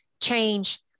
change